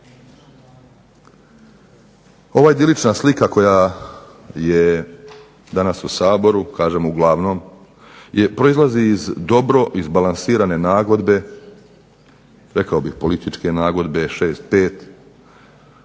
Ova idilična slika koja je danas u Saboru, kažem uglavnom, proizlazi iz dobro izbalansirane nagodbe, rekao bih političke nagodbe 6-5,